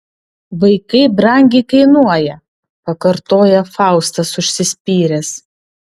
vaikai brangiai kainuoja pakartoja faustas užsispyręs